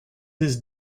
his